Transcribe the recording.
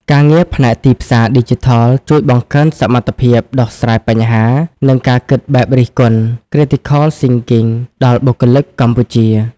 ការងារផ្នែកទីផ្សារឌីជីថលជួយបង្កើនសមត្ថភាពដោះស្រាយបញ្ហា និងការគិតបែបរិះគន់ (Critical Thinking) ដល់បុគ្គលិកកម្ពុជា។